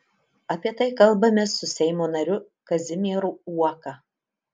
apie tai kalbamės su seimo nariu kazimieru uoka